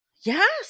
Yes